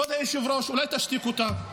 כבוד היושב-ראש, אולי תשתיק אותם?